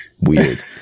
weird